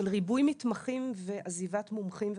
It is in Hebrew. של ריבוי מתמחים ועזיבת מומחים ומדריכים.